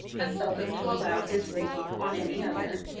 as seldom to allow his thinking on any other.